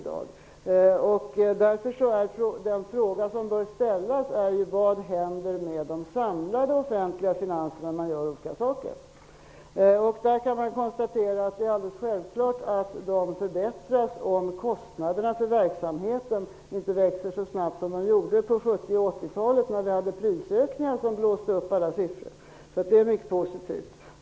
Den fråga som bör ställas är: Vad händer med de samlade offentliga finanserna när man gör olika saker? I det avseendet kan man konstatera att det är alldeles självklart att de offentliga finanserna förbättras om kostnaderna för verksamheten inte växer så snabbt som de gjorde under 70 och 80 talen, då vi hade prisökningar som blåste upp alla siffror. Det är alltså mycket positivt.